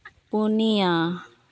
ᱯᱩᱱᱤᱭᱟᱹ